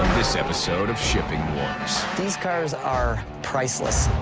this episode of shipping wars. these cars are priceless.